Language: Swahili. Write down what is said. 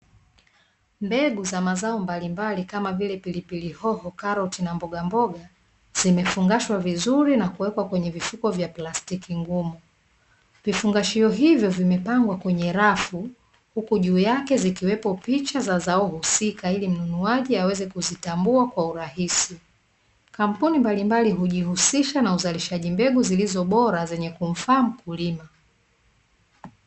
Mbegu za mazao mbalimbali kama vile pilipili hoho, karoti na mbogamboga, zimefungashwa vizuri na kuwekwa mwenye vifuko vya plastiki ngumu. Vifungashio hivyo vimepangwa kwenye rafu, huku juu yake zikiwepo picha za zao husika ili mnunuaji aweze kuzitambua kwa urahisi. Kampuni mbalimbali hujihusisha na uzalishaji mbegu zilizo bora, zenye kumfaa mkulima.